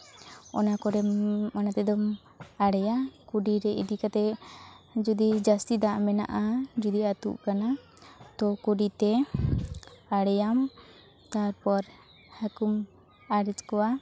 ᱚᱱᱟ ᱠᱚᱨᱮᱢ ᱚᱱᱟ ᱛᱮᱫᱚᱢ ᱟᱲᱮᱭᱟ ᱠᱩᱰᱤ ᱨᱮ ᱤᱫᱤ ᱠᱟᱛᱮᱫ ᱡᱩᱫᱤ ᱡᱟᱹᱥᱛᱤ ᱫᱟᱜ ᱢᱮᱱᱟᱜᱼᱟ ᱡᱩᱫᱤ ᱟᱹᱛᱩᱜ ᱠᱟᱱᱟ ᱛᱚ ᱠᱩᱰᱤ ᱛᱮ ᱟᱲᱮᱭᱟᱢ ᱛᱟᱨᱯᱚᱨ ᱦᱟᱹᱠᱩᱢ ᱟᱨᱮᱡ ᱠᱚᱣᱟ